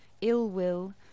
ill-will